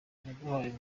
yaduhaye